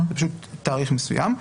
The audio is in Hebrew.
זה פשוט תאריך מסוים.